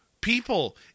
People